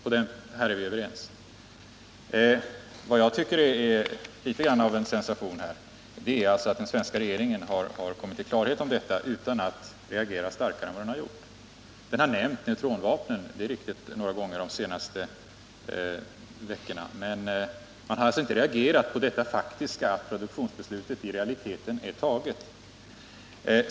På den punkten är vi överens. Vad jag tycker är litet grand av en sensation är alltså att den svenska regeringen har kommit till klarhet om detta utan att reagera starkare än vad den har gjort. Den har nämnt neutronvapnen — det är riktigt — några gånger de senaste veckorna, men den har inte reagerat på detta faktum att produktionsbeslutet i realiteten är fattat.